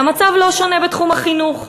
והמצב לא שונה בתחום החינוך.